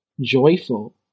joyful